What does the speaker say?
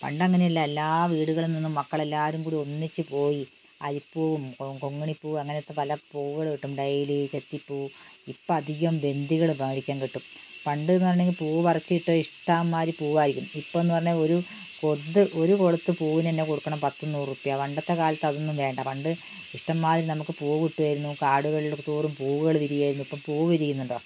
പണ്ടങ്ങനെയല്ല എല്ലാ വീടുകളിൽ നിന്നും മക്കളെല്ലാവരും കൂടി ഒന്നിച്ചുപോയി അരിപ്പൂവും കൊങ്ങിണിപ്പൂവും അങ്ങനത്തെ പല പൂവുകള് കിട്ടും ഡെയിലി തെച്ചിപ്പൂവ് ഇപ്പോള് അധികം ബെന്ധികള് മേടിക്കാന് കിട്ടും പണ്ടെന്ന് പറഞ്ഞിട്ടുണ്ടെങ്കില് പൂവ് പറിച്ചിട്ട് ഇഷ്ടം മാതിരി പൂവായിരിക്കും ഇപ്പോഴെന്ന് പറഞ്ഞാല് ഒരു ഒരു കൊളുന്ത് പൂവിന് തന്നെ കൊടുക്കണം പത്തു നൂറു രൂപ പണ്ടത്തെ കാലത്തതൊന്നും വേണ്ട പണ്ട് ഇഷ്ടം മാതിരി നമുക്ക് പൂവ് കിട്ടുമായിരുന്നു കാടുകളില് തോറും പൂവുകള് വിരിയുമായിരുന്നു ഇപ്പോള് പൂവ് വിരിയുന്നുണ്ടോ